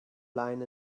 line